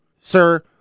Sir